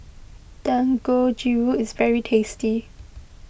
Dangojiru is very tasty